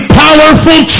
powerful